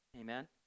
Amen